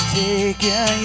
taken